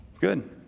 Good